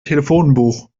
telefonbuch